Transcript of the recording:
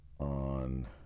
On